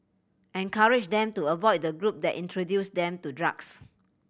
encourage them to avoid the group that introduced them to drugs